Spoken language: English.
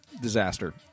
disaster